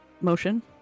motion